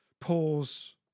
pause